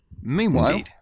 Meanwhile